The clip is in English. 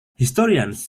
historians